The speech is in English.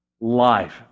life